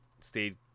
stayed